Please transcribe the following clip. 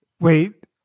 Wait